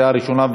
התשע"ו 2016,